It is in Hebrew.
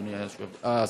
אדוני השר.